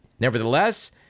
Nevertheless